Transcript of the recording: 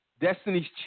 Destiny's